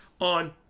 on